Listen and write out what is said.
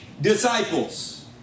disciples